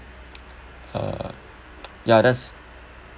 uh ya that's